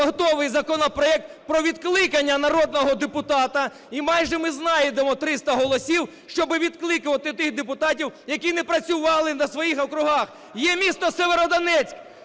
готовий законопроект про відкликання народного депутата, і майже ми знайдемо 300 голосів, щоби відкликати тих депутатів, які не працювали на своїх округах. Є місто Сєвєродонецьк.